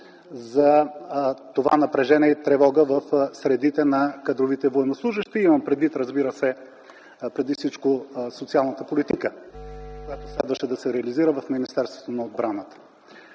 за това напрежение и тревога в средите на кадровите военнослужещи. Имам предвид, разбира се преди всичко социалната политика, която следваше да се реализира в Министерството на отбраната.